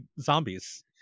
zombies